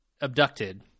abducted